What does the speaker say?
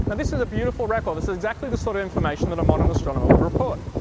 but this is a beautiful record, this is exactly the sort of information that a modern astronomer would report.